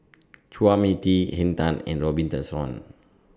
Chua Mia Tee Henn Tan and Robin Tessensohn